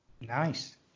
nice